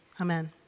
Amen